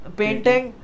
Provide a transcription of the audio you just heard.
painting